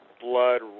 blood